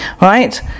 right